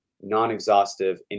non-exhaustive